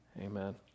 amen